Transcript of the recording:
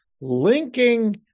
linking